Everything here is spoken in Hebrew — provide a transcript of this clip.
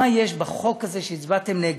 מה יש בחוק הזה שהצבעתם נגד?